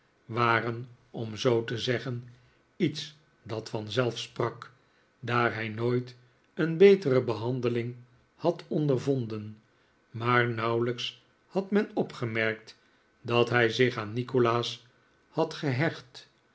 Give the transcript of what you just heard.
waren om zoo te zeggen iets dat vanzelf sprak daar hij nooit een betere behandeling had ondervonden maar nauwelijks had men opgemerkt dat hij zich aan nikolaas had gehecht